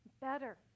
better